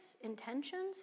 intentions